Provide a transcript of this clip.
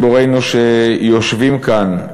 גיבורינו שיושבים כאן,